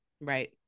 Right